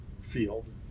field